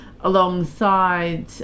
alongside